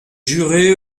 juré